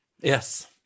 Yes